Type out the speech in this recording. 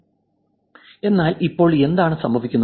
അതിനാൽ ഇപ്പോൾ എന്താണ് സംഭവിക്കുന്നത്